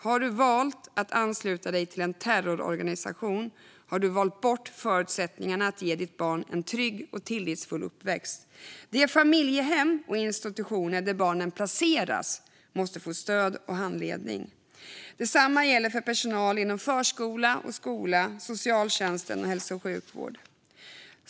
Har du valt att ansluta dig till en terrororganisation har du valt bort förutsättningarna att ge ditt barn en trygg och tillitsfull uppväxt. De familjehem och institutioner där barnen placeras måste få stöd och handledning. Detsamma gäller för personal inom förskola och skola, socialtjänst och hälso och sjukvård.